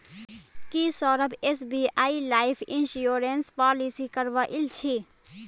की Saurabh SBI life insurance policy करवइल छि